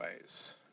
ways